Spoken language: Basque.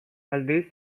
aldiz